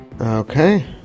Okay